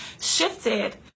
shifted